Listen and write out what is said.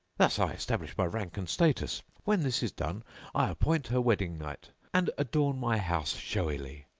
thus i establish my rank and status. when this is done i appoint her wedding night and adorn my house showily!